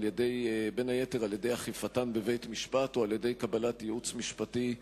בין היתר על-ידי אכיפתן בבית-משפט או על-ידי קבלת ייעוץ משפטי הולם.